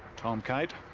tom kite.